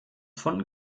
von